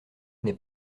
n’est